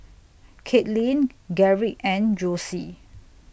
Kaitlin Garrick and Josie